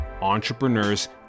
entrepreneurs